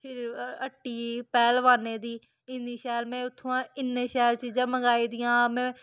फिर हट्टी पैह्लवानें दी इन्नी शैल में उत्थुआं इन्नी शैल चीजां मंगाई दियां में